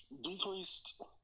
Decreased